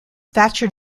thatcher